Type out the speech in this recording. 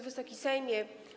Wysoki Sejmie!